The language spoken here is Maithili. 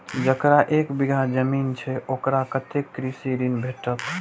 जकरा एक बिघा जमीन छै औकरा कतेक कृषि ऋण भेटत?